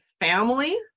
family